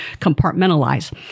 compartmentalize